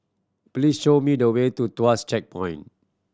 please show me the way to Tuas Checkpoint